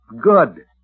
Good